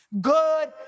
good